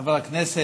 חבר הכנסת,